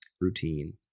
routine